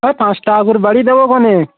ওই পাঁচ টাকা করে বাড়িয়ে দেবোখনে